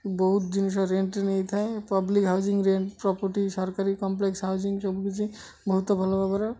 ବହୁତ ଜିନିଷ ରେଣ୍ଟରେ ନେଇଥାଏ ପବ୍ଲିକ ହାଉଜିଂ ରେଣ୍ଟ ପ୍ରପଟି ସରକାରୀ କମ୍ପ୍ଲେକ୍ସ ହାଉଜିଂ ସବୁ କିିଛି ବହୁତ ଭଲ ଭାବରେ